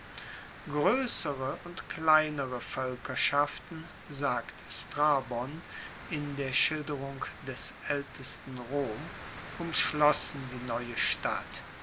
groessere und kleinere voelkerschaften sagt strabon in der schilderung des aeltesten rom umschlossen die neue stadt